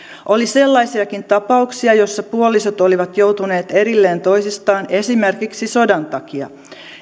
oli sellaisiakin tapauksia joissa puolisot olivat joutuneet erilleen toisistaan esimerkiksi sodan takia